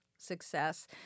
Success